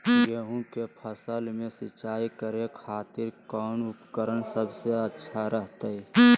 गेहूं के फसल में सिंचाई करे खातिर कौन उपकरण सबसे अच्छा रहतय?